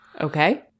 Okay